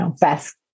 best